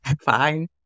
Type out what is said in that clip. Fine